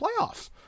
playoffs